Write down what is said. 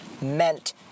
meant